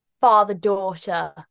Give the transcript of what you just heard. father-daughter